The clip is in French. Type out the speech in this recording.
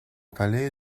palais